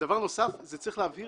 דבר נוסף, צריך להבהיר